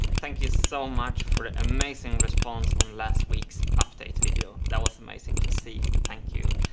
thank you so much for the amazing response on last week's update video. that was amazing to see. thank you.